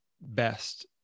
best